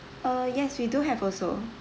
uh yes we do have also